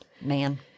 Man